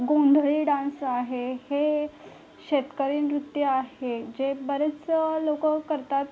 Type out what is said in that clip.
गोंधळी डांस आहे हे शेतकरी नृत्य आहे जे बरेच लोकं करतात